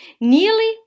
Nearly